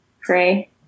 pray